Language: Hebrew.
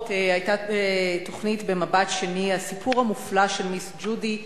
שבועות היתה ב"מבט שני" תוכנית על "הסיפור המופלא של מיס ג'ודי",